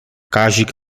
kazik